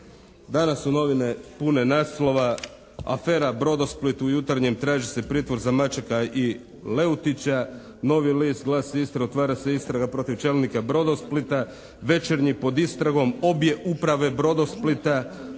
danas su novine pune naslova afera “Brodosplit“ u “Jutarnjem“ traži se pritvor za Mačeka i Leutića. “Novi list“, “Glas Istre“ otvara se istraga protiv čelnika “Brodosplita“. “Večernji“ pod istragom obje uprave “Brodosplita“,